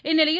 இந்நிலையில்